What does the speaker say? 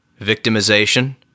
victimization